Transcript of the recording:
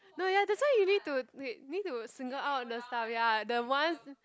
no ya that's why you need to wait you need to single out the stuff ya the ones